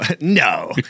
No